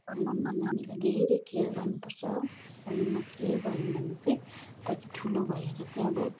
सानोमा नानीलाई धेरै केयर गर्नुपर्छ सानोमा केयर गर्यो भने चाहिँ पछि ठुलो भएर चाहिँ अब